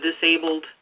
disabled